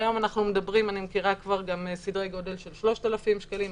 והיום אני כבר מכירה גם סדרי גודל של 4,000-3,000 שקלים.